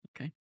Okay